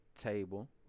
table